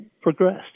progressed